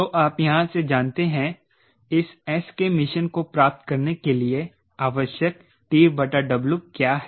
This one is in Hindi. तो आप यहां से जानते हैं इस s के मिशन को प्राप्त करने के लिए आवश्यक TW क्या है